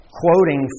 quoting